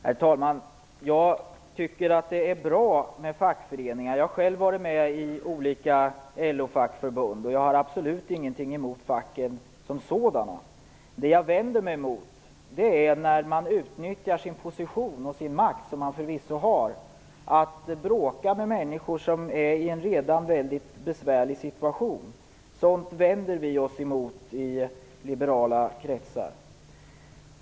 Herr talman! Jag tycker att det är bra med fackföreningar. Jag har själv varit med i olika LO fackförbund. Jag har absolut ingenting emot facken som sådana. Det jag vänder mig mot är att man utnyttjar den position och den makt man förvisso har till att bråka med människor som är i en redan väldigt besvärlig situation. Sådant vänder vi oss emot i liberala kretsar.